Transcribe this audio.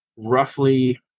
roughly